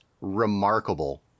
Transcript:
remarkable